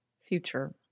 future